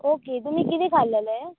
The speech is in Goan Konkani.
ओके तुमी कितें खाल्लें